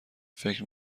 فکر